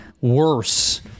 worse